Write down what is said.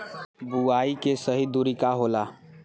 बुआई के सही दूरी का होला?